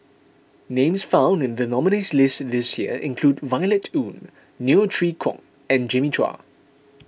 names found in the nominees' list this year include Violet Oon Neo Chwee Kok and Jimmy Chua